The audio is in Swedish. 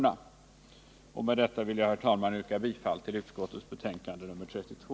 Med dessa ord, herr talman, vill jag yrka bifall till utskottets hemställan i dess betänkande nr 32.